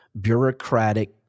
bureaucratic